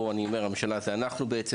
אנחנו בעצם,